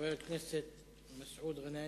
חבר הכנסת מסעוד גנאים.